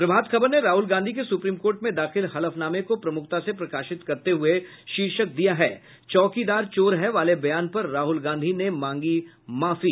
प्रभात खबर ने राहुल गांधी के supreme court में दाखिल हलफनामे को प्रमुखता से प्रकाशित करते हुये शीर्षक दिया है चौकीदार चोर है वाले बयान पर राहुल गांधी ने मांगी माफी